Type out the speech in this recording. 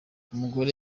umugore